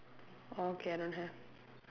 orh okay I don't have